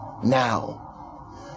now